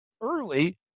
early